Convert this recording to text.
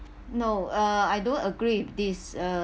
no uh I don't agree with this uh